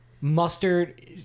mustard